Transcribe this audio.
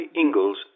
Ingalls